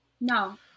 No